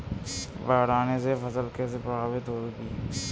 बाढ़ आने से फसल कैसे प्रभावित होगी?